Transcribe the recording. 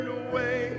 away